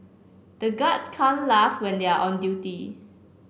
the guards can't laugh when they are on duty